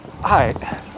Hi